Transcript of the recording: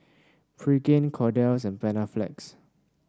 Pregain Kordel's and Panaflex